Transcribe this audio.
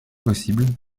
possible